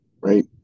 right